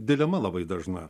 dilema labai dažna